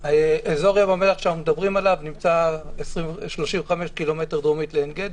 אזור ים המלח שאנחנו מדברים עליו נמצא 35 ק"מ דרומית לעין גדי,